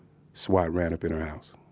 so i ran up in her house